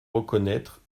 reconnaître